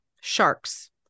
sharks